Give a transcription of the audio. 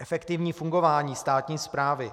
Efektivní fungování státní správy.